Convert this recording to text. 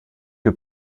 que